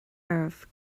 oraibh